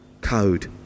code